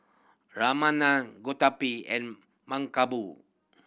Ramanand Gottipati and Mankombu